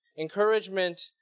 encouragement